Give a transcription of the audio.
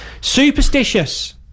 Superstitious